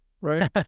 right